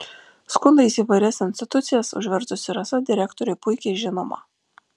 skundais įvairias institucijas užvertusi rasa direktoriui puikiai žinoma